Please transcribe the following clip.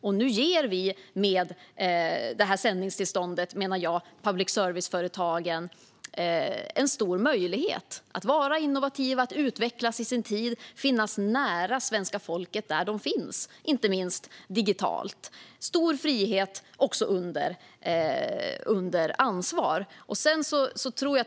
Jag menar att vi med hjälp av sändningstillståndet ger public service-företagen en stor möjlighet att vara innovativa, utvecklas i sin tid och finnas nära svenska folket - inte minst digitalt. Det handlar om stor frihet under ansvar.